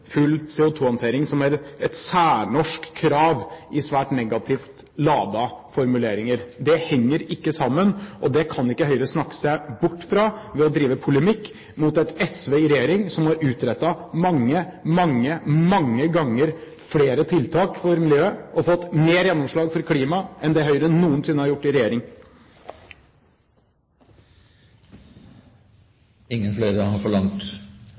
full CO2-håndtering som «et særnorsk krav» i svært negativt ladede formuleringer? Det henger ikke sammen, og det kan ikke Høyre snakke seg bort fra ved å drive polemikk mot et SV i regjering som har utrettet mange, mange, mange ganger flere tiltak for miljøet, og som har fått mer gjennomslag for klimaet enn det Høyre noensinne har gjort i regjering. Flere har